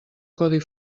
codi